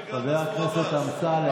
חבר הכנסת אמסלם.